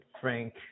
Frank